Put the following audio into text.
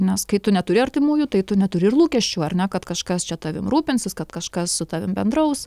nes kai tu neturi artimųjų tai tu neturi ir lūkesčių ar ne kad kažkas čia tavim rūpinsis kad kažkas su tavim bendraus